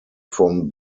from